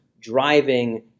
driving